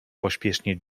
pośpiesznie